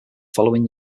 following